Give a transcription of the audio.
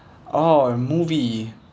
orh movie